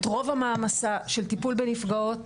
את רוב המעמסה של טיפול בנפגעות,